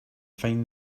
find